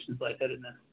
lightheadedness